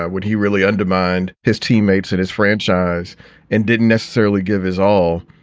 ah would he really undermined his teammates in his franchise and didn't necessarily give his all?